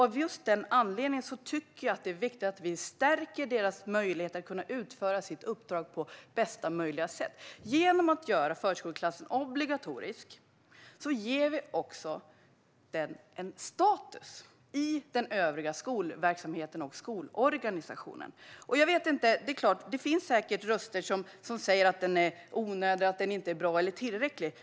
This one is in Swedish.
Av just denna anledning tycker jag att det är viktigt att vi stärker möjligheterna för förskoleklassen att utföra sitt uppdrag på bästa möjliga sätt. Genom att göra förskoleklassen obligatorisk ger vi den också en status i den övriga skolverksamheten och skolorganisationen. Det finns säkert röster som säger att förskoleklassen är onödig, att den inte är bra eller att den inte är tillräcklig.